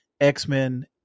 X-Men